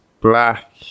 black